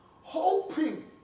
Hoping